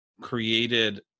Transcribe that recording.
created